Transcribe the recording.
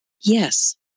yes